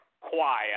quiet